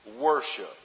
worship